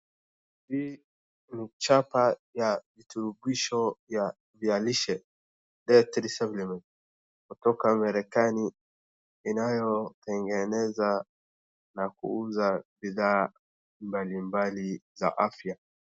Hii ni chapa ya virutubisho ya vialishe dietary supplement kutoka Marekani inayotengeneza na kuuza bidhaa mbalimbali za afya.